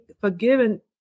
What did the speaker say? forgiven